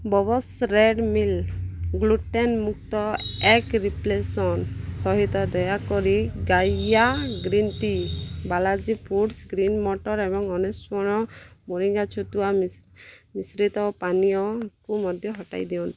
Bob's red mill gluten ମୁକ୍ତ egg replacer ସହିତ ଦୟାକରି Gaia green tea Balaji foods green ମଟର ଏବଂ ଅନ୍ଵେଷଣ ମୋରିଙ୍ଗା ଛତୁଆ ମି ମିଶ୍ରିତ ପାନୀୟକୁ ମଧ୍ୟ ହଟାଇଦିଅନ୍ତୁ